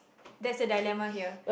there a dilemma here